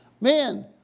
Man